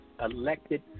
elected